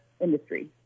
industry